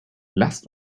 lasst